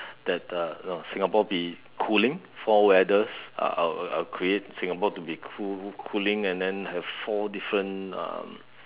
that uh know Singapore be cooling four weathers ah I'll I'll create Singapore to be cool cooling and then have four different um